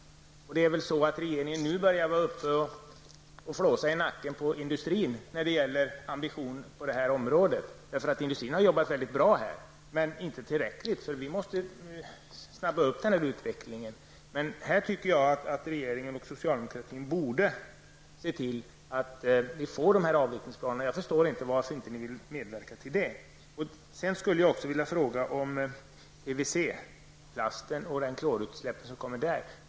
Nu börjar väl regeringen flåsa i nacken på industrins folk när det gäller ambitionen på det här området. Industrin har ju arbetat mycket bra, men inte tillräckligt. Utvecklingen måste påskyndas. Jag tycker att regeringen och socialdemokratin borde se till att avvecklingsplanerna kommer till stånd. Jag förstår inte varför ni inte vill medverka till detta. Sedan skulle jag också vilja fråga om PVC-plasten och klorutsläppen i det sammanhanget.